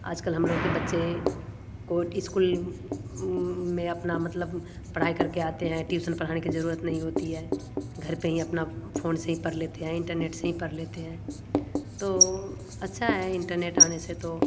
आज कल हम लोगों के बच्चे कोट इस्कूल में अपना मतलब पढ़ाई करके आते हैं ट्यूसन पढ़ाने की ज़रूरत नहीं होती है घर पर ही अपना फोन से हीं पढ़ लेते हैं इंटरनेट से हीं पड़ लेते हैं तो अच्छा है इंटरनेट आने से तो